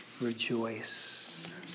rejoice